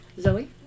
Zoe